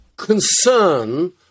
concern